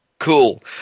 Cool